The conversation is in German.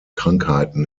krankheiten